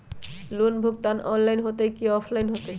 Loan भुगतान online होतई कि ऑफलाइन होतई?